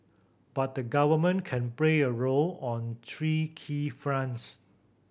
but the Government can play a role on three key fronts